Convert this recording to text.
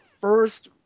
first